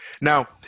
Now